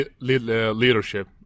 leadership